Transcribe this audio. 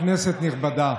נכבדה,